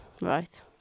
right